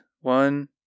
one